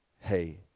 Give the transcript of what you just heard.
hey